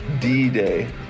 D-Day